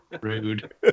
Rude